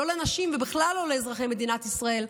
לא לנשים ובכלל לא לאזרחי מדינת ישראל,